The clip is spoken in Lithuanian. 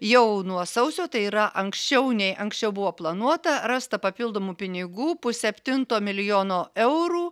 jau nuo sausio tai yra anksčiau nei anksčiau buvo planuota rasta papildomų pinigų pusseptinto milijono eurų